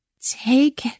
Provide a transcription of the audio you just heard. take